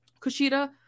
Kushida